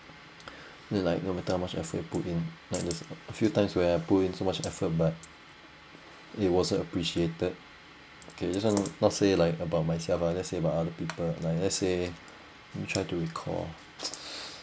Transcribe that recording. it like no matter how much effort put in like just a few times where I put in so much effort but it wasn't appreciated okay this one not say like about myself ah let's say about other people like let's say let me try to recall